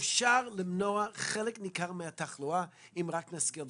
אפשר למנוע חלק ניכר מן התחלואה אם רק נשכיל.